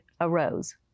arose